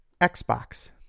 Xbox